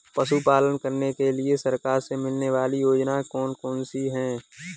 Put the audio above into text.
पशु पालन करने के लिए सरकार से मिलने वाली योजनाएँ कौन कौन सी हैं?